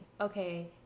okay